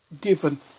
given